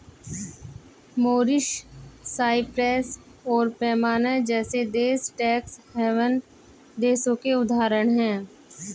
Mauritius, Cyprus और Panama जैसे देश टैक्स हैवन देशों के उदाहरण है